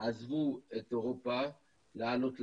עזבו את אירופה לעלות לארץ.